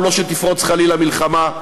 הוא לא שתפרוץ חלילה מלחמה,